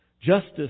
justice